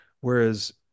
Whereas